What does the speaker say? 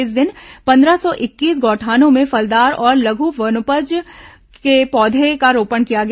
इस दिन पंद्रह सौ इक्कीस गौठानों में फलदार और लघु वनोपज के पौधों का रोपण किया गया